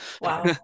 wow